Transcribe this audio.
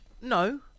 no